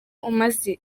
umaze